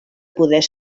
poder